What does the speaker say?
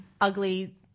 ugly